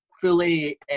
fully